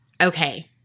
okay